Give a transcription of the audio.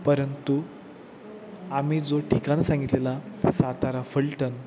परंतु आम्ही जो ठिकाण सांगितलेला सातारा फलटण